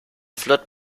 flirt